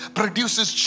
produces